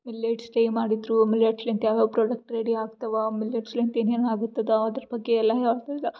millets stay ಮಾಡಿದ್ರು ಮಿಲೆಟ್ಸ್ಲಿಂತ್ ಯಾವ್ಯಾವ ಪ್ರಾಡಕ್ಟ್ ರೆಡಿ ಆಗ್ತವಾ ಮಿಲೆಟ್ಸ್ಲಿಂತ ಏನೇನು ಆಗುತ್ತದೆ ಅದ್ರ ಬಗ್ಗೆ ಎಲ್ಲ ಹೇಳ್ತಿದ್ದ